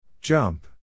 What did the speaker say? Jump